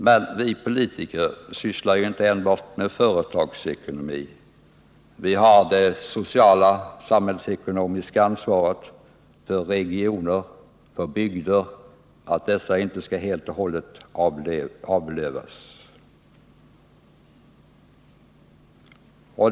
Men vi politiker sysslar inte enbart med företagsekonomi. Vi har det sociala och samhällsekonomiska ansvaret för att regioner och bygder inte helt skall avlövas.